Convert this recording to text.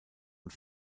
und